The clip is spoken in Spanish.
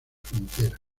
frontera